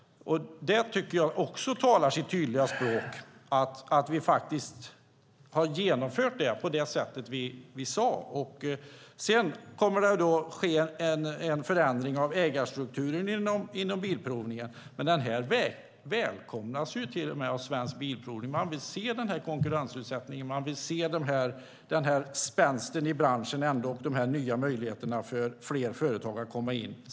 Det talar också sitt tydliga språk att förändringen har genomförts på det sätt vi sade. Det kommer sedan att ske en förändring av ägarstrukturen inom bilprovningen, men den välkomnas av Svensk Bilprovning. Man vill se konkurrensutsättningen, spänsten i branschen och de nya möjligheterna för fler företag att komma in.